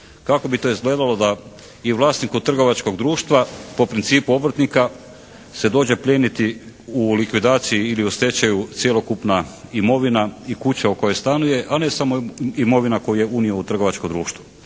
kako bi to izgledalo da se i vlasniku trgovačkog društva po principu obrtnika se dođe plijeniti u likvidaciji ili u stečaju cjelokupna imovina i kuća u kojoj stanuje, a ne samo imovina koju je unio u trgovačko društvo.